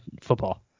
football